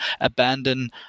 abandon